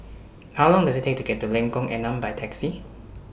How Long Does IT Take to get to Lengkong Enam By Taxi